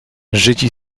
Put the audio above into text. żydzi